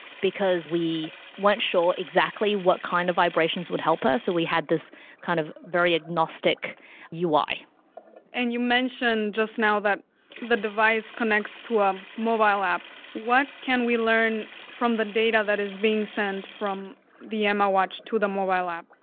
because we weren't sure exactly what kind of vibrations would help her so we had this kind of very agnostic ui and you mentioned just now that the device connects to a um mobile app, what can we learn from the data that is being sent from the emma watch to the mobile app?